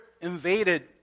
invaded